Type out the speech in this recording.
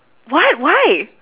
what why